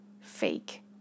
fake